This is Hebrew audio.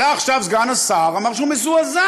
עלה עכשיו סגן השר, אמר שהוא מזועזע.